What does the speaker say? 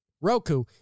Roku